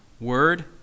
word